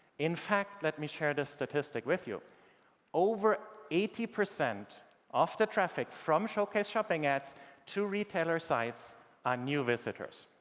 in fact, let me share this statistic with you over eighty percent of the traffic from showcase shopping ads to retailer sites are new visitors.